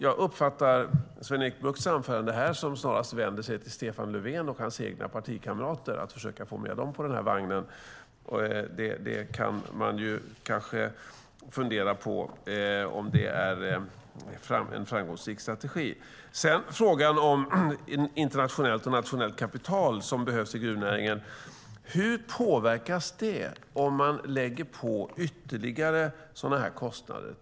Jag uppfattar Sven-Erik Buchts anförande snarast som att han vänder sig till Stefan Löfven och de egna partikamraterna för att försöka få med dem på vagnen. Man kan kanske fundera på om det är en framgångsrik strategi. När det gäller internationellt och nationellt kapital som behövs i gruvnäringen är frågan hur det påverkas om man lägger på ytterligare kostnader.